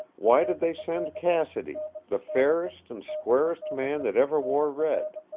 why did they send cassidy the fairest and squarest man that ever wore red?